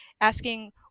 asking